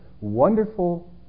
Wonderful